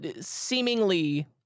seemingly